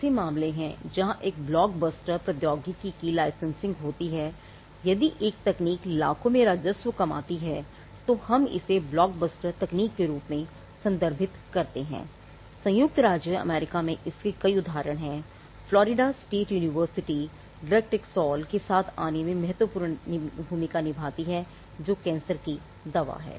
ऐसे मामले हैं जहां एक ब्लॉकबस्टर के साथ आने में महत्वपूर्ण भूमिका निभाई थी जो कैंसर की दवा है